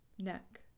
Neck